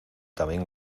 también